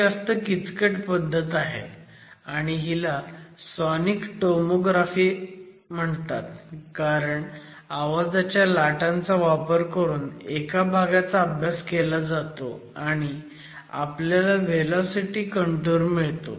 ही जास्त किचकट पद्धत आहे आणि हिला सॉनिक टोमोग्राफी म्हणतात कारण आवाजाच्या लाटांचा वापर करून एका भागाचा अभ्यास केला जातो आणि आपल्याला व्हेलॉसिटी काँटूर मिळतो